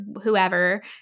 whoever